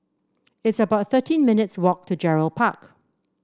it's about thirteen minutes' walk to Gerald Park